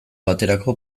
baterako